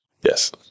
Yes